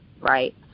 Right